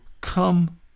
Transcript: come